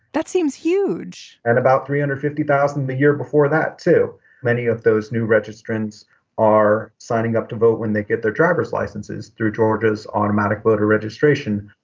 that seems huge and about three hundred fifty thousand the year before that, too many of those new registrants are signing up to vote when they get their driver's licenses through georgia's automatic voter registration.